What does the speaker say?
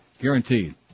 Guaranteed